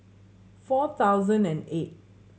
four thousand and eight